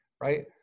right